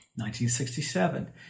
1967